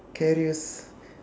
karius